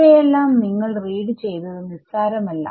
ഇവയെല്ലാം നിങ്ങൾ റീഡ് ചെയ്തത് നിസ്സാരമല്ല